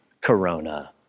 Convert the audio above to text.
Corona